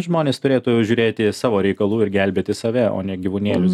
žmonės turėtų žiūrėti savo reikalų ir gelbėti save o ne gyvūnėlius